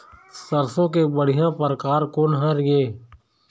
सरसों के बढ़िया परकार कोन हर ये?